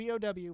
VOW